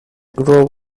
group